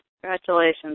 Congratulations